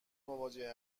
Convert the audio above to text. مواجه